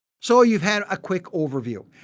so, you've had a quick overview.